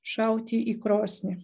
šauti į krosnį